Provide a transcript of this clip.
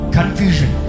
Confusion